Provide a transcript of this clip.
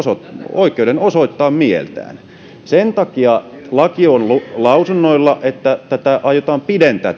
oikeuden osoittaa mieltään sen takia laki on lausunnoilla että tätä ennakkoilmoittamisaikaa aiotaan pidentää